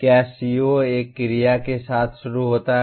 क्या CO एक क्रिया के साथ शुरू होता है